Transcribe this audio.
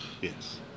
yes